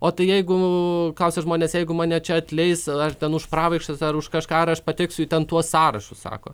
o tai jeigu kausis žmonės jeigu mane čia atleis ar ten už pravaikštas ar už kažką ar aš pateksiu į ten tuos sąrašus sako